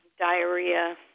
diarrhea